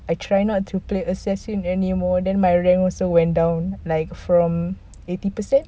I try not to play assassin anymore then my rank also went down like from eighty percent